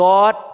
God